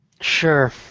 Sure